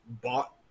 bought